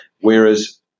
Whereas